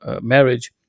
marriage